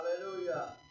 Hallelujah